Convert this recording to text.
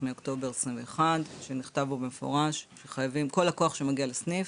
מאוקטובר 2021 שנכתב בו במפורש שכל לקוח שמגיע לסניף